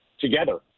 together